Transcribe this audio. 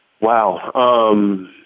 Wow